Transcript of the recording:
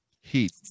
Heat